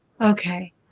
okay